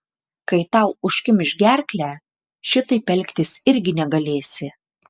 kai tau užkimš gerklę šitaip elgtis irgi negalėsi